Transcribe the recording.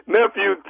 Nephew